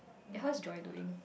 eh how's Joy doing